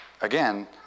again